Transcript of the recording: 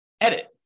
edit